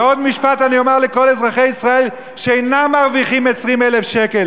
ועוד משפט אני אומר לכל אזרחי ישראל שאינם מרוויחים 20,000 שקל: